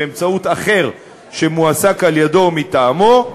באמצעות אחר שמועסק על-ידו או מטעמו,